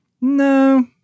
No